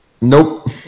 Nope